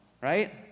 right